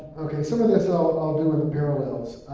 okay, some of this i'll i'll do in and parallels.